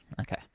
Okay